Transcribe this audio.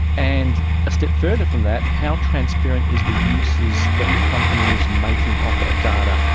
and a step further from that, how transparent is the uses that the company is making of that data?